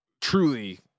truly